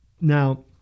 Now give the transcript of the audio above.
Now